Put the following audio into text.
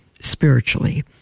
spiritually